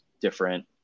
different